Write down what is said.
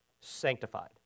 sanctified